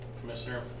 Commissioner